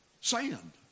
sand